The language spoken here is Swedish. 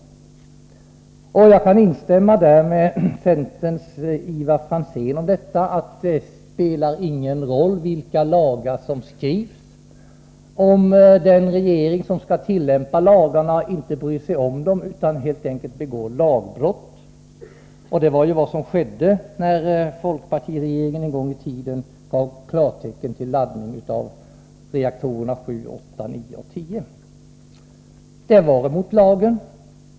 Jag kan instämma i vad centerns talesman Ivar Franzén sagt i detta sammanhang. Det spelar nämligen ingen roll vilka lagar man stiftar, om den regering som skall tillämpa lagarna inte bryr sig om dem utan helt enkelt begår lagbrott. Det var ju vad som skedde när folkpartiregeringen en gång i tiden gav klartecken till laddning av reaktorerna 7, 8, 9 och 10. Det stred mot lagen.